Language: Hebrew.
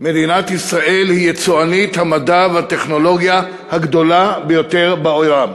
מדינת ישראל היא יצואנית המדע והטכנולוגיה הגדולה ביותר בעולם,